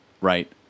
right